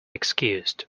excused